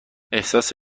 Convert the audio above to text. احساس